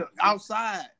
Outside